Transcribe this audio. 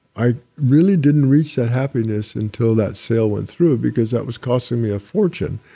i really didn't reach that happiness until that sale went through because that was costing me a fortune,